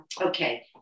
okay